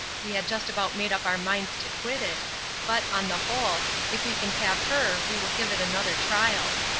we had just about made up our minds to quit it but, on the whole, if we can have her we will give it another trial.